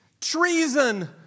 Treason